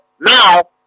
now